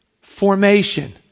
formation